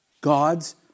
God's